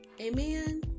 Amen